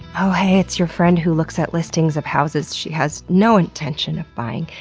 oh heeeyy, it's your friend who looks at listings of houses she has no intention of buying,